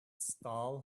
stall